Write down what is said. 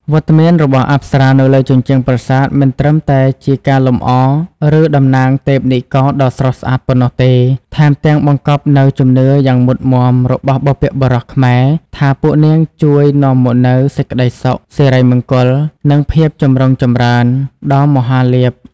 វត្តមានរបស់អប្សរានៅលើជញ្ជាំងប្រាសាទមិនត្រឹមតែជាការលម្អ ឬតំណាងទេពនិករដ៏ស្រស់ស្អាតប៉ុណ្ណោះទេ ថែមទាំងបង្កប់នូវជំនឿយ៉ាងមុតមាំរបស់បុព្វបុរសខ្មែរថា ពួកនាងជួយនាំមកនូវ សេចក្តីសុខ សិរីមង្គល និងភាពចម្រុងចម្រើន ដ៏មហាលាភ។